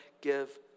give